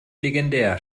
legendär